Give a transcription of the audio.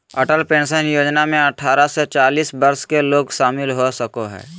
Atal pension योजना में अठारह से चालीस वर्ष के लोग शामिल हो सको हइ